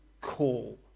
call